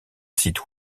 site